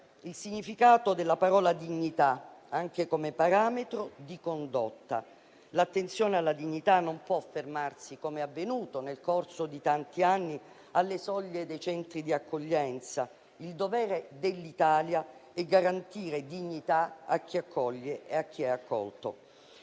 il significato della parola dignità, anche come parametro di condotta. L'attenzione alla dignità non può fermarsi - come è avvenuto nel corso di tanti anni - alle soglie dei centri di accoglienza. Il dovere dell'Italia è garantire dignità a chi accoglie e a chi è accolto.